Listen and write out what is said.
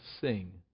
sing